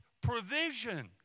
provision